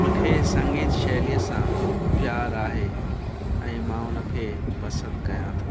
मूंखे संगीत शैलीअ सां प्यार आहे ऐं मां उन खे पसंदि कयां थो